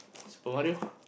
Super-Mario